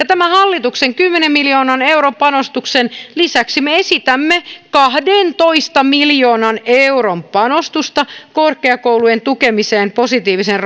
tämän hallituksen kymmenen miljoonan euron panostuksen lisäksi me esitämme kahdentoista miljoonan euron panostusta korkeakoulujen tukemiseen positiivisen